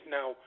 Now